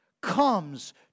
comes